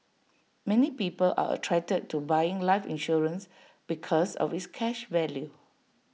many people are attracted to buying life insurance because of its cash value